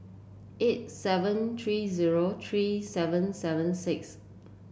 eight seven three zero three seven seven six